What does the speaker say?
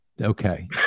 Okay